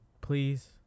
please